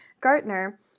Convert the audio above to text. Gartner